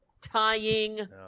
tying